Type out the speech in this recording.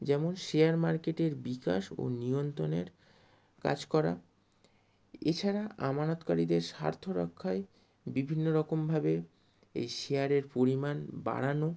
যেমন শেয়ার মার্কেটের বিকাশ ও নিয়ন্ত্রণের কাজ করা এছাড়া আমানতকারীদের স্বার্থ রক্ষায় বিভিন্ন রকমভাবে এই শেয়ারের পরিমাণ বাড়ানো